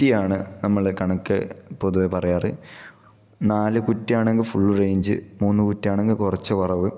കുറ്റിയാണ് നമ്മുടെ കണക്ക് പൊതുവേ പറയാറ് നാല് കുറ്റിയാണെങ്കിൽ ഫുള്ള് റേഞ്ച് മൂന്ന് കുറ്റിയാണെങ്കിൽ കുറച്ചു കുറവ്